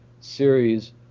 series